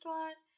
one